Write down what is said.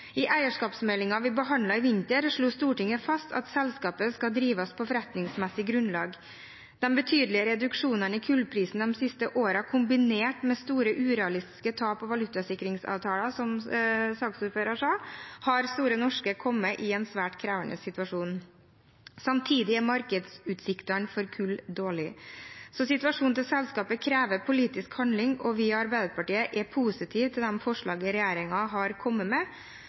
I eierskapsmeldingen vi behandlet i vinter, slo Stortinget fast at selskapet skal drives på forretningsmessig grunnlag. De betydelige reduksjonene i kullprisen de siste årene, kombinert med store, urealistiske tap på valutasikringsavtaler – slik saksordføreren nevnte – har satt Store Norske i en svært krevende situasjon. Samtidig er markedsutsiktene for kull dårlige. Situasjonen til selskapet krever politisk handling, og vi i Arbeiderpartiet er positive til de forslagene regjeringen har kommet med,